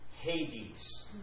Hades